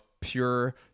pure